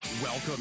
Welcome